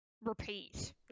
Repeat